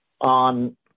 on